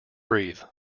breathe